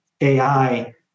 ai